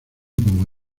como